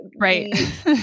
right